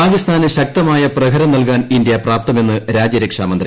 പാകിസ്ഥാന് ശക്തമായ പ്രഹരം നൽകാൻ ഇന്ത്യ പ്രാപ്തമെന്ന് രാജ്യരക്ഷാ മന്ത്രി